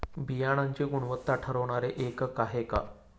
बियाणांची गुणवत्ता ठरवणारे एकक आहे का?